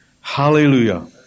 Hallelujah